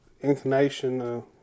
inclination